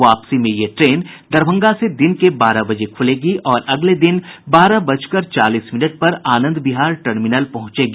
वापसी में ये ट्रेन दरभंगा से दिन के बारह बजे खुलेगी और अगले दिन बारह बजकर चालीस मिनट पर आनंद विहार टर्मिनल पहुंचेगी